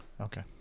Okay